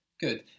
Good